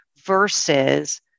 versus